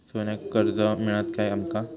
सोन्याक कर्ज मिळात काय आमका?